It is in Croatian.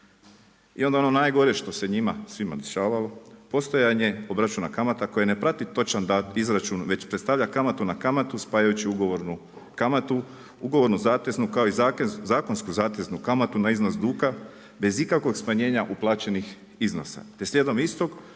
I onda ono najgore što se njima svima dešavalo, postojanje obračuna kamata koje ne prati točan izračun već predstavlja kamatu na kamatu spajajući ugovornu kamatu, ugovornu zateznu, kao i zakonsko zateznu kamatu na iznos duga bez ikakvog smanjenja uplaćenih iznosa